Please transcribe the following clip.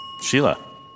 Sheila